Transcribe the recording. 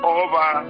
over